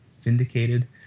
vindicated